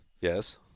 Yes